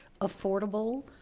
affordable